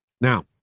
Now